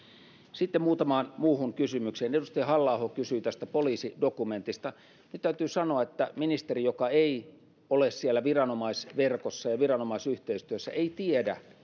sitten muutamaan muuhun kysymykseen edustaja halla aho kysyi tästä poliisidokumentista nyt täytyy sanoa että ministeri joka ei ole siellä viranomaisverkossa ja viranomaisyhteistyössä ei tiedä